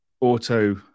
auto